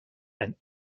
and